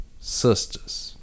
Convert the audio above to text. Sisters